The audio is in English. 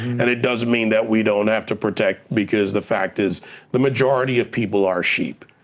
and it doesn't mean that we don't have to protect because the fact is the majority of people are sheep,